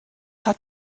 hat